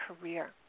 career